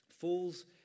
Fools